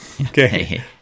Okay